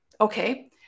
Okay